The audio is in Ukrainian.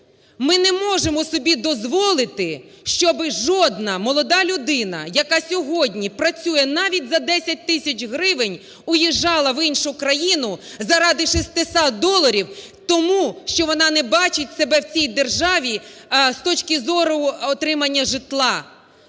Ми не можемо собі дозволити, щоби жодна молода людина, яка сьогодні працює, навіть за 10 тисяч гривень, виїжджала в іншу країну заради 600 доларів, тому що вона не бачить себе і цій державі з точки зору отримання житла.